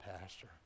pastor